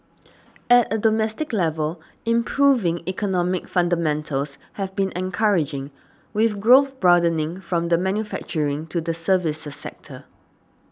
at a domestic level improving economic fundamentals have been encouraging with growth broadening from the manufacturing to the services sectors